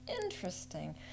interesting